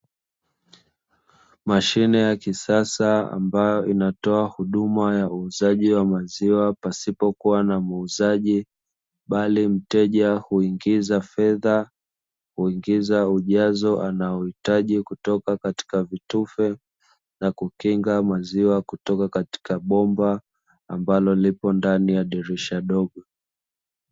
Mashine ya kisasa ambayo inatoa huduma ya uuzaji wa maziwa pasipokuwa na muuzaji, bali mteja huingiza fedha, huingiza ujazo anaohitaji kutoka katika vitufe, na kukinga maziwa kutoka katika bomba, ambalo lipo ndani ya dirisha dogo.